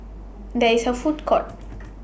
There IS A Food Court